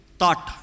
thought